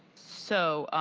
so,